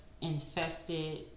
infested